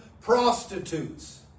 prostitutes